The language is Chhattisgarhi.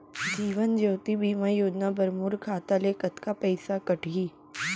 जीवन ज्योति बीमा योजना बर मोर खाता ले कतका पइसा कटही?